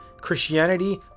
Christianity